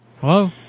Hello